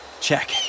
check